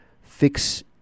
fix